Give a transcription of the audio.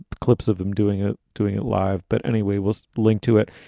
clips of them doing it, doing it live. but anyway, we'll link to it.